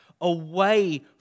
away